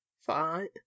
fine